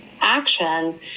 action